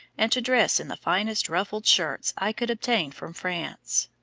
and to dress in the finest ruffled shirts i could obtain from france.